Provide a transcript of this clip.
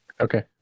Okay